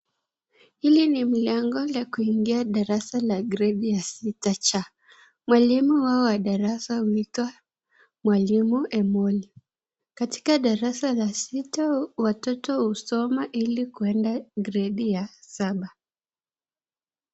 Hili ni mlango la kuingia darasa ya Gredi ya sita C. Mwalimu wao wa darasa huitwa Mwalimu Imoli. Katika darasa la sita watoto husoma ili kuenda Gredi ya saba.